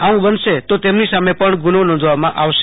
આવ બનશે તો તેમની સામે પણ ગુનો નોંધવામાં આવશે